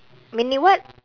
meaning what